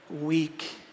weak